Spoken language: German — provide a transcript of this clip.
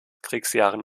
kriegsjahren